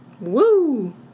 Woo